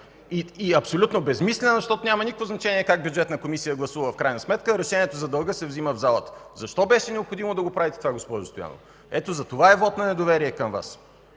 и абсолютно безсмислена, защото няма никакво значение как Бюджетната комисия гласува в крайна сметка. Решението за дълга се взима в залата. Защо беше необходимо да го правите това, госпожо Стоянова? Ето затова е вотът на недоверие към Вас